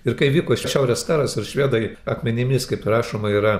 ir kai vyko šiaurės karas ir švedai akmenimis kaip rašoma yra